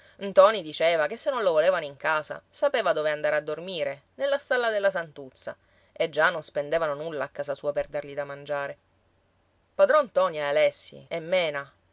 suo ntoni diceva che se non lo volevano in casa sapeva dove andare a dormire nella stalla della santuzza e già non spendevano nulla a casa sua per dargli da mangiare padron ntoni e alessi e mena